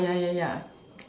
ya ya ya